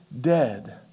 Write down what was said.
dead